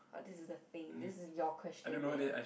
orh this is the thing this is your question man